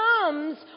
comes